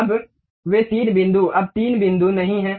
अब वे तीन बिंदु अब तीन बिंदु नहीं हैं